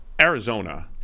Arizona